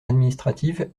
administrative